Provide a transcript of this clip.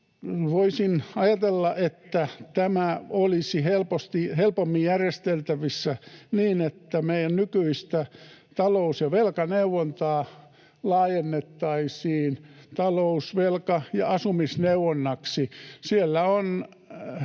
Voisin ajatella, että tämä olisi helpommin järjesteltävissä niin, että meidän nykyistä talous‑ ja velkaneuvontaa laajennettaisiin talous‑, velka‑ ja asumisneuvonnaksi.